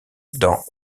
dans